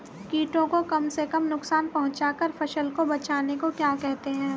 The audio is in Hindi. कीटों को कम से कम नुकसान पहुंचा कर फसल को बचाने को क्या कहते हैं?